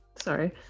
Sorry